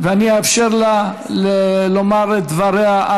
אני אאפשר לה לומר את דבריה,